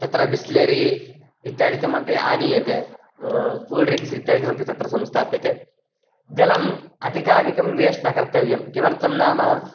तत्र बिस्लेरि इत्यादिकमपि आनीयते कूल्ड्रिङ्क्स् इत्यादिकमपि तत्र संस्थाप्यते जलम् अधिकाधिकं वेष्ट् न कर्तव्यं किमर्थं नाम